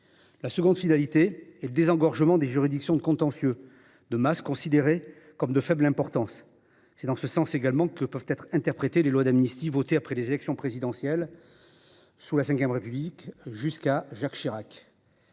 La seconde finalité est le désengorgement des juridictions de contentieux de masse considérés comme de faible importance. C’est en ce sens que peuvent être interprétées les lois d’amnistie votées après les élections présidentielles sous la V République, jusqu’à la présidence